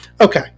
Okay